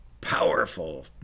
powerful